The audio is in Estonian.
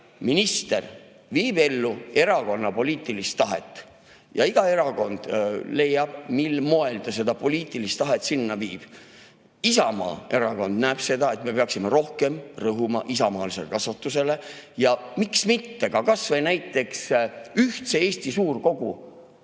minister viib ellu erakonna poliitilist tahet ja iga erakond [otsustab], mil moel ta oma poliitilist tahet ellu viib. Isamaa Erakond näeb seda, et me peaksime rohkem rõhuma isamaalisele kasvatusele ja miks mitte näidata kas või näiteks "Ühtset Eesti suurkogu",